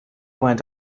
went